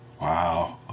wow